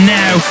now